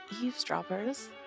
eavesdroppers